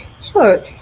Sure